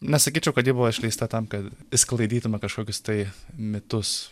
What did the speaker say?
nesakyčiau kad ji buvo išleista tam kad išsklaidytume kažkokius tai mitus